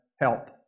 help